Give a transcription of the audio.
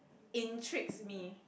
intrigues me